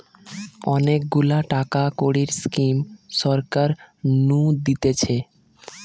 অনেক গুলা টাকা কড়ির স্কিম সরকার নু দিতেছে